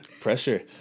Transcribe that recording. Pressure